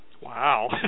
Wow